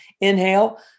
Inhale